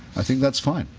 i think that's fine.